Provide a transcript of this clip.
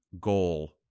goal